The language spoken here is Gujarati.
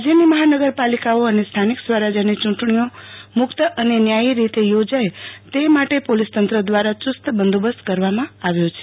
રાજ્યની મહાનગર પાલિકાઓ અને સ્થાનિક સ્વરાજ્યની યૂંટણીઓ મુક્ત અને ન્યાયી રીતે યોજાય તે માટે પોલીસતંત્ર દ્વારા યુસ્ત બંદોબસ્ત કરાયો છે